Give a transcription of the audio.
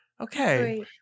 okay